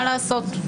מה לעשות.